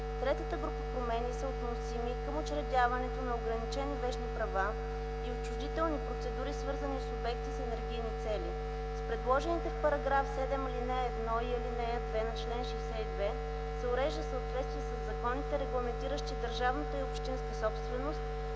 Третата група промени са относими към учредяването на ограничени вещни права и отчуждителни процедури, свързани с обекти с енергийни цели. С предложените промени в § 7, ал. 1 и 2 на чл. 62 се урежда в съответствие със законите, регламентиращи държавната и общинската собственост,